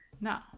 No